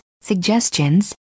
suggestions